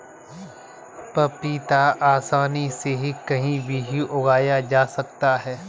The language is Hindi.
पपीता आसानी से कहीं भी उगाया जा सकता है